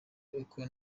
uko